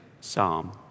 psalm